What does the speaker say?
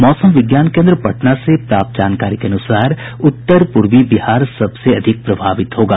मौसम विज्ञान केन्द्र पटना से प्राप्त जानकारी के अनुसार उत्तर पूर्वी बिहार सबसे अधिक प्रभावित होगा